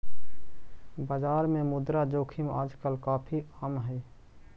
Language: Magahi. बाजार में मुद्रा जोखिम आजकल काफी आम हई